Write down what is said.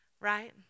Right